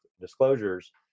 disclosures